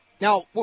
Now